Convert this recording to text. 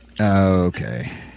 Okay